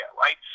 right